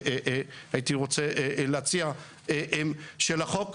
הייתי רוצה להציע שזה גם הסוד הנוסף של החוק,